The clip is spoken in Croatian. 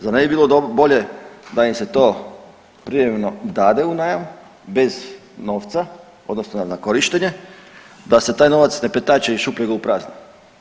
Zar ne bi bilo bolje da im se to privremeno dade u najam bez novca odnosno na korištenje, da se taj novac ne pretače iz šupljega u prazno.